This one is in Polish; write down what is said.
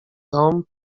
dom